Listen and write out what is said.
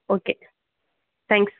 okay thanks